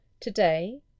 Today